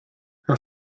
her